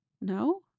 No